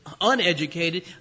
uneducated